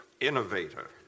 Innovator